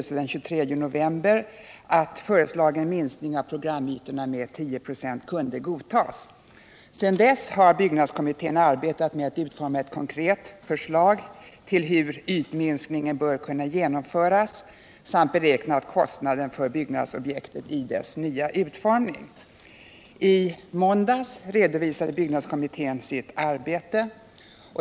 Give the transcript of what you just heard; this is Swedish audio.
Sedan dess har byggnadskommittén arbetat med att utforma ett konkret förslag till hur ytminskningen bör kunna genomföras samt . beräknat kostnaden för byggnadsprojektet i dess nya utformning. I måndags redovisade byggnadskommittén sitt arbete.